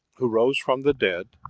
who rose from the dead,